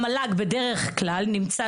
המל"ג בדרך כלל נמצא